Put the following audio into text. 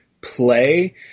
play